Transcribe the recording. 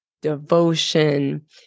devotion